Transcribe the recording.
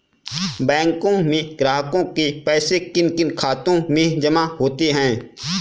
बैंकों में ग्राहकों के पैसे किन किन खातों में जमा होते हैं?